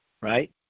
right